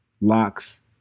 locks